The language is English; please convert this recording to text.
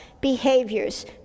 behaviors